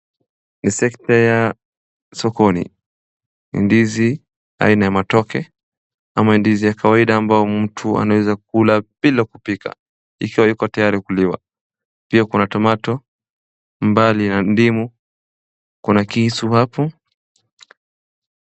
Ni sekta ya sokoni. Ndizi aina ya matoke ama ndizi ya kawaida ambayo mtu anaweza kula bila kupika ikiwa iko tayari kuliwa. Pia kuna tomato mbali na ndimu. Kuna kisu hapo.